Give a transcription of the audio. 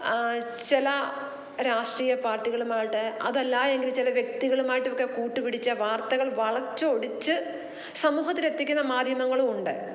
ചില രാഷ്ട്രീയ പാർട്ടികളുമായിട്ട് അതല്ലാ എങ്കിൽ ചില വ്യക്തികളുമായിട്ടൊക്കെ കൂട്ടുപിടിച്ച് വാർത്തകൾ വളച്ചൊടിച്ച് സമൂഹത്തിലെത്തിക്കുന്ന മാധ്യമങ്ങളും ഉണ്ട്